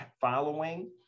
following